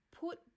Put